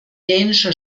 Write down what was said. dänischer